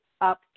up